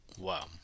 Wow